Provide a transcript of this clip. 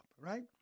right